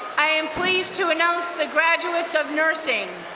i am pleased to announce the graduates of nursing.